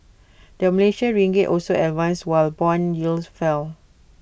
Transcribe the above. the Malaysian ringgit also advanced while Bond yields fell